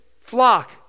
flock